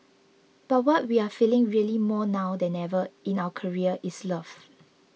but what we are feeling really more now than ever in our career is love